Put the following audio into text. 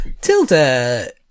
Tilda